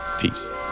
Peace